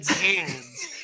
hands